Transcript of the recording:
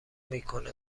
میکنه